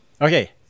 Okay